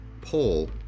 Paul